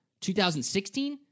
2016